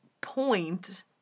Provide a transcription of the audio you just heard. point